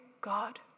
God